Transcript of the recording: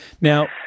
Now